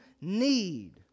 need